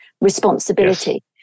responsibility